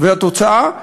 והתוצאה,